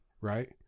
Right